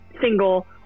single